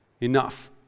Enough